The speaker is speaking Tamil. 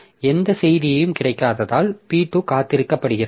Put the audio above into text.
எந்த செய்தியும் கிடைக்காததால் P2 காத்திருக்கப்படுகிறது